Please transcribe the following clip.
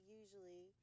usually